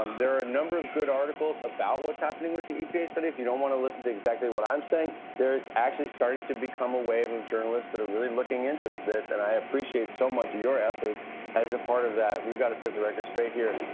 um there are a number of good articles about what's happening with the epa study. if you don't want to listen to exactly what i'm saying, there is actually starting to become a wave of journalists that are really looking into this, and i appreciate so much your efforts efforts as a part of that. we've got to set the record straight here.